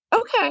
okay